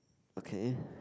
okay